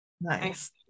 nice